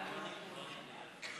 נכון.